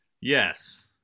Yes